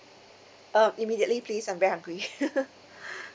um immediately please I'm very hungry